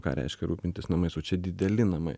ką reiškia rūpintis namais o čia dideli namai